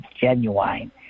genuine